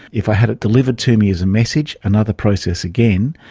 if i had it delivered to me as a message, another process again,